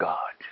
God